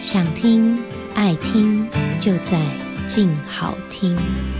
想听、爱听，就在静好听。